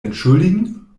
entschuldigen